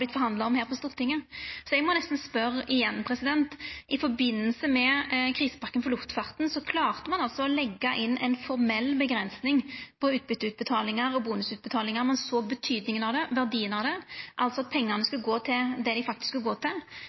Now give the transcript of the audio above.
forhandla om her på Stortinget. Så eg må nesten spørja igjen: I forbindelse med krisepakka for luftfarten klarte ein å leggja inn ei formell avgrensing på utbytteutbetalingar og bonusutbetalingar. Ein såg betydinga av det, verdien av det. Pengane skulle gå til det dei faktisk skulle gå til,